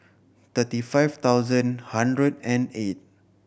thirty five thousand hundred and eight